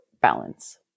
balance